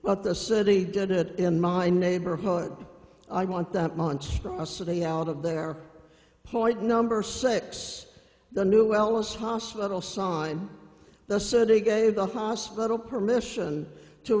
but the city did it in my neighborhood i want that monstrosity out of there point number six the new well us hospital sign the city gave the hospital permission to